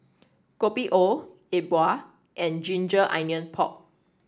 Kopi O E Bua and ginger onion pork